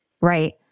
Right